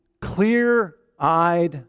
clear-eyed